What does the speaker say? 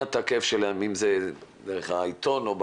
את הכאב שלהם אם זה דרך העיתון או ברדיו,